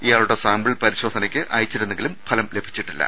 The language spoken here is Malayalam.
ഇയാളുടെ സാമ്പിൾ പരിശോധനയ്ക്കയച്ചിരുന്നെങ്കിലും ഫലം ലഭിച്ചിട്ടില്ല